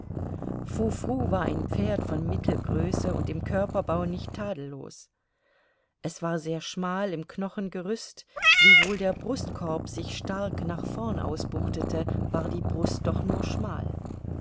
frou frou war ein pferd von mittelgröße und im körperbau nicht tadellos es war sehr schmal im knochengerüst wiewohl der brustkorb sich stark nach vorn ausbuchtete war die brust doch nur schmal